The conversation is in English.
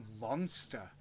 monster